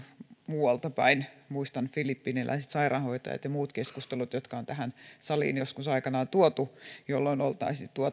muualtapäin muistan filippiiniläiset sairaanhoitajat ja muut keskustelut jotka on tähän saliin joskus aikanaan tuotu jolloin oltaisiin